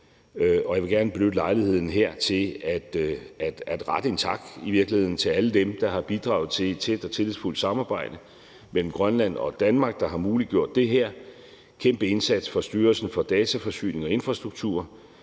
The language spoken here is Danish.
gerne benytte lejligheden her til at rette en tak til alle dem, der har bidraget til et tæt og tillidsfuldt samarbejde mellem Grønland og Danmark, der har muliggjort det her, altså en kæmpe indsats fra Styrelsen for Dataforsyning og Infrastruktur,